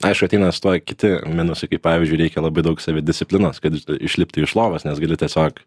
aišku ateina su tuo kiti minusai kaip pavyzdžiui reikia labai daug savidisciplinos kad išlipti iš lovos nes gali tiesiog